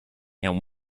and